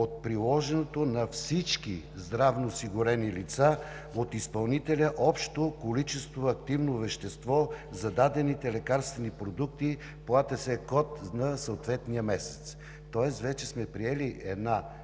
от приложеното на всички здравноосигурени лица от изпълнителя общо количество активно вещество за дадените лекарствени продукти по АТС код на съответния месец, тоест вече сме приели една